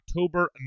October